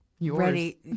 ready